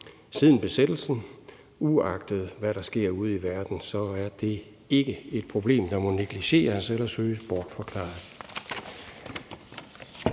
siden besættelsen. Uagtet hvad der sker ude i verden, er det ikke et problem, der må negligeres eller søges bortforklaret.